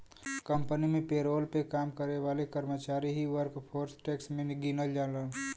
company में payroll पे काम करे वाले कर्मचारी ही वर्कफोर्स टैक्स में गिनल जालन